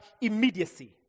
immediacy